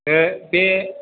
बे